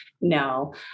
no